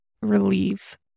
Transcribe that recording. relieve